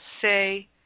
say